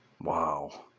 Wow